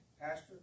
pastor